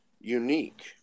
unique